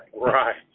right